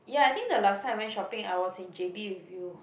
ya I think the last time I went shopping I was in J_B with you